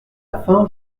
afin